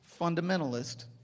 fundamentalist